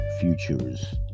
futures